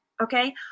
Okay